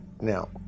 now